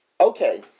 okay